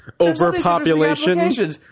Overpopulation